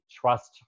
trust